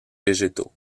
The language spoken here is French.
végétaux